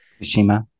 Kushima